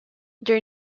their